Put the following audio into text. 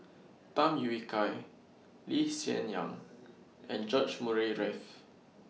Tham Yui Kai Lee Hsien Yang and George Murray Reith